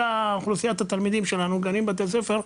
אוכלוסיית התלמידים שלנו בגנים ובתי הספר,